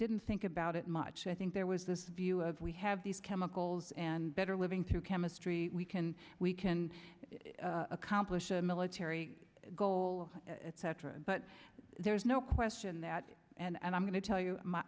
didn't think about it much i think there was this view of we have these chemicals and better living through chemistry we can we can accomplish a military goal of etc but there's no question that and i'm going to tell you